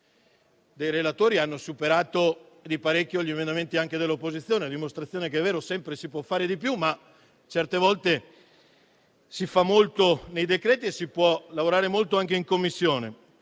relatori hanno superato di parecchio gli emendamenti dell'opposizione, a dimostrazione che è vero che si può fare sempre di più, ma certe volte si fa molto nei decreti e si può lavorare molto anche in Commissione.